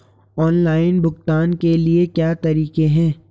Online भुगतान के क्या क्या तरीके हैं?